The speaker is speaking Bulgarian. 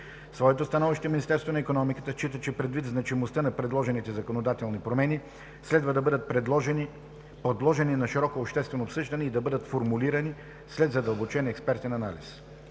своето становище Министерството на икономиката счита, че предвид значимостта на предложените законодателни промени, следва да бъдат подложени на широко обществено обсъждане и да бъдат формулирани след задълбочен експертен анализ.